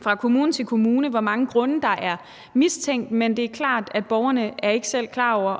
fra kommune til kommune, hvor mange grunde der er mistænkt, men det er klart, at borgerne ikke selv er klar over,